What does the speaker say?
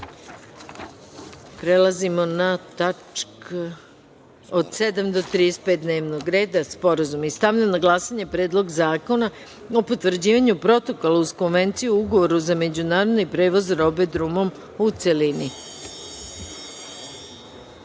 Srbiji. Prelazimo na tačke od 7. do 35. dnevnog reda, sporazumi. Stavljam na glasanje Predlog Zakona o potvrđivanju protokola uz konvenciju ugovora za međunarodni prevoz robe drumom, u